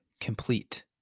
complete